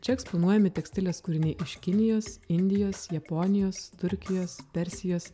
čia eksponuojami tekstilės kūriniai iš kinijos indijos japonijos turkijos persijos